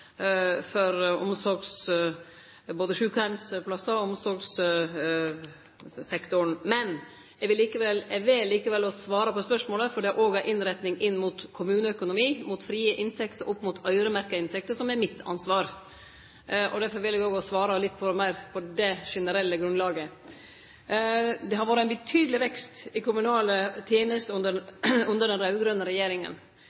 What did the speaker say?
både sjukeheimsplassar og omsorgssektoren. Eg vel likevel å svare på spørsmålet, for det har òg ei innretning inn mot kommuneøkonomi, mot frie inntekter opp mot øyremerkte inntekter, som er mitt ansvar. Difor vel eg òg å svare meir på det generelle grunnlaget. Det har vore ein betydeleg vekst i kommunale tenester under